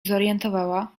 zorientowała